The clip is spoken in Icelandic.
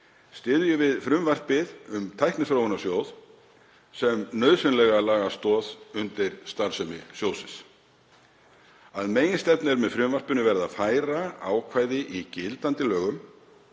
styðjum við frumvarpið um Tækniþróunarsjóð sem nauðsynlega lagastoð undir starfsemi sjóðsins. Að meginstefnu er með frumvarpinu verið að færa ákvæði í gildandi lögum